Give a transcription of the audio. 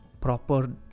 proper